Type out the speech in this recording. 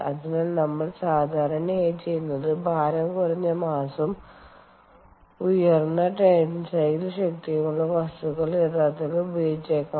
അതിനാൽ നമ്മൾ സാധാരണയായി ചെയ്യുന്നത് ഭാരം കുറഞ്ഞ മാസ്സും ഉയർന്ന ടെൻസൈൽ ശക്തിയുമുള്ള വസ്തുക്കൾ യഥാർത്ഥത്തിൽ ഉപയോഗിച്ചേക്കാം